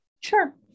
Sure